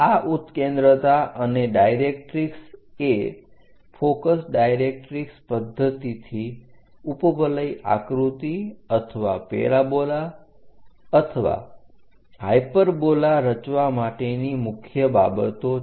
આ ઉત્કેન્દ્રતા અને ડાયરેક્ટરીક્ષ એ ફોકસ ડાઇરેક્ટરીક્ષ પદ્ધતિથી ઉપવલય આકૃતિ અથવા પેરાબોલા અથવા હાઇપરબોલા રચવા માટેની મુખ્ય બાબતો છે